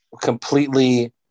completely